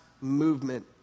movement